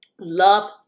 love